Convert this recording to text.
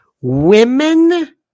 women